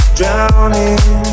drowning